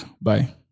Bye